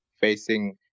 facing